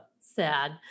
sad